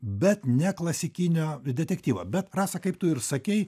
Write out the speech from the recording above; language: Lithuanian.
bet ne klasikinio detektyvo bet rasa kaip tu ir sakei